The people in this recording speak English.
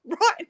right